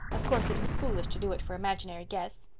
of course, it was foolish to do it for imaginary guests.